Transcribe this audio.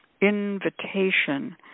invitation